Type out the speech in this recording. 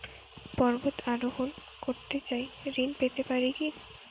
পর্বত আরোহণ করতে চাই ঋণ পেতে পারে কি?